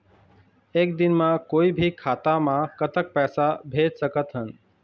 एक दिन म कोई भी खाता मा कतक पैसा भेज सकत हन?